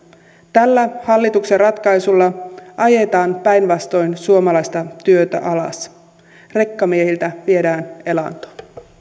tällä hallituksen ratkaisulla ajetaan päinvastoin suomalaista työtä alas rekkamiehiltä viedään elanto